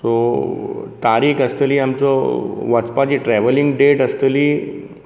so तारीख आसतली आमचो वचपाची ट्रॅवलिंग डॅट आसतली